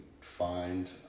find